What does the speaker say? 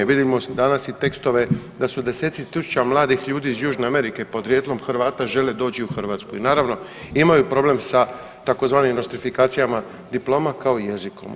Vidimo danas i tekstove da su deseci tisuća mladih ljudi iz Južne Amerike podrijetlom Hrvati žele doći u Hrvatsku i naravno imaju problem sa tzv. nostrifikacijama diploma kao i jezikom.